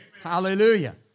Hallelujah